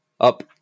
up